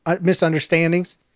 misunderstandings